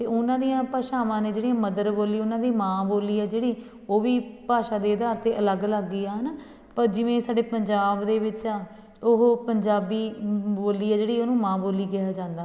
ਅਤੇ ਉਹਨਾਂ ਦੀਆਂ ਭਾਸ਼ਾਵਾਂ ਨੇ ਜਿਹੜੀਆਂ ਮਦਰ ਬੋਲੀ ਉਹਨਾਂ ਦੀ ਮਾਂ ਬੋਲੀ ਆ ਜਿਹੜੀ ਉਹ ਵੀ ਭਾਸ਼ਾ ਦੇ ਆਧਾਰ 'ਤੇ ਅਲੱਗ ਅਲੱਗ ਹੀ ਆ ਹੈ ਨਾ ਭ ਜਿਵੇਂ ਸਾਡੇ ਪੰਜਾਬ ਦੇ ਵਿੱਚ ਆ ਉਹ ਪੰਜਾਬੀ ਬੋਲੀ ਆ ਜਿਹੜੀ ਉਹਨੂੰ ਮਾਂ ਬੋਲੀ ਕਿਹਾ ਜਾਂਦਾ